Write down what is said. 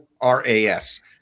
r-a-s